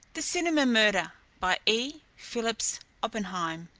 the cinema murder by e. phillips oppenheim